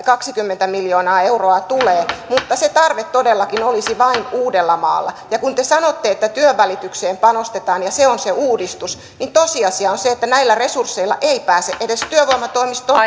kaksikymmentä miljoonaa euroa tulee mutta se tarve todellakin olisi vain uudellamaalla ja vaikka te sanotte että työnvälitykseen panostetaan ja se on se uudistus tosiasia on että näillä resursseilla ei pääse edes työvoimatoimiston